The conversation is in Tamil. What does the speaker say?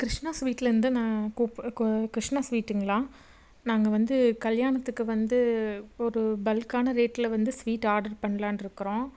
கிருஷ்ணா ஸ்வீட்லேந்து நான் கூப்பு கிருஷ்ணா ஸ்வீட்டுங்களா நாங்கள் வந்து கல்யாணத்துக்கு வந்து ஒரு பல்க்கான ரேட்டில் வந்து ஸ்வீட்டு ஆர்டர் பண்ணலான்னு இருக்கிறோம்